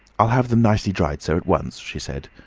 i'll have them nicely dried, sir, at once, she said,